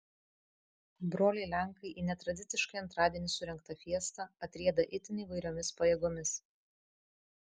broliai lenkai į netradiciškai antradienį surengtą fiestą atrieda itin įvairiomis pajėgomis